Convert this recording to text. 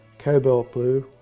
colbert blue